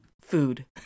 food